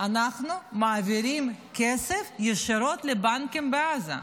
אנחנו מעבירים כסף ישירות לבנקים בעזה.